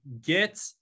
get